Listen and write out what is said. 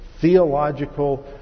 theological